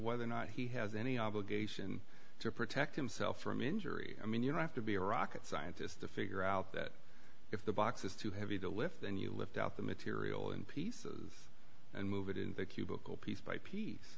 whether or not he has any obligation to protect himself from injury i mean you have to be a rocket scientist to figure out that if the box is too heavy to lift and you lift out the material in pieces and move it in a cubicle piece by piece